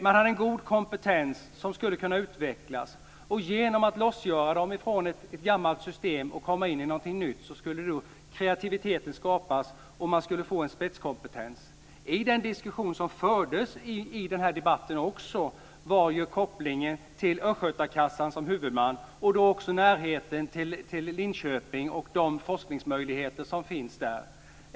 De hade en god kompetens som skulle kunna utvecklas, och genom att frigöra dem från ett gammalt system och låta dem komma in i något nytt skulle kreativitet och spetskompetens skapas. En diskussion som också fördes i den debatten var ju kopplingen till Östgötakassan som huvudman och då också närheten till Linköping och de forskningsmöjligheter som finns där.